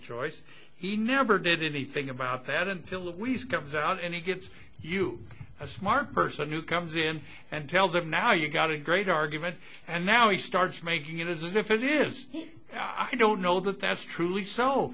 choice he never did anything about that until it comes out and he gives you a smart person who comes in and tells them now you've got a great argument and now he starts making it as if it is i don't know that that's truly s